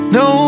no